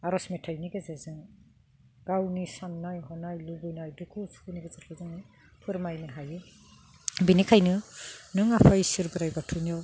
आरज मेथाइनि गेजेरजों गावनि साननाय हनाय लुबैनाय दुखु सुखुनि गेजेरजों जोङो फोरमायनो हायो बिनिखायनो नों आफा इसोर बोराइ बाथौनियाव